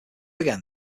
again